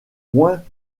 moins